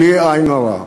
בלי עין הרע.